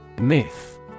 Myth